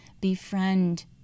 Befriend